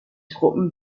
truppen